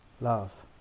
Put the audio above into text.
love